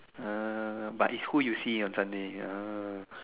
uh but is who you see on Sunday ah